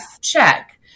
check